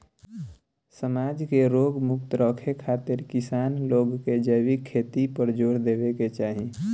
समाज के रोग मुक्त रखे खातिर किसान लोग के जैविक खेती पर जोर देवे के चाही